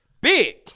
big